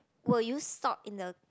will you stop in the